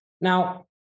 Now